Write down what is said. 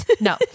No